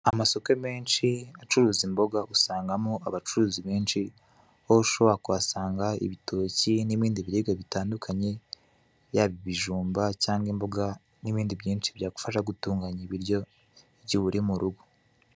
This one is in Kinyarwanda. Amasoko menshi acuruza imboga usangamo abacuruzi benshi aho ushobora kuhasanga ibitoki n'ibindi biribwa bitandukanye yaba ibijumba cyangwa imboga n'ibindi byinshi byagufasha gutunganya ibiryo igihe uri mu rugo.